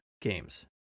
games